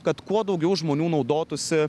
kad kuo daugiau žmonių naudotųsi